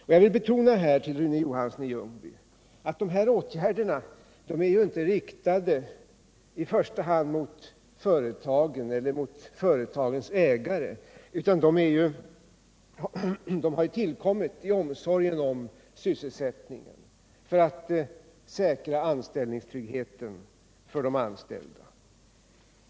För Rune Johansson i Ljungby vill jag betona att de här åtgärderna inte i första hand är riktade till företagen eller deras ägare, utan de har tillkommit i omsorgen om sysselsättningen för att säkra anställningstryggheten för de anställda.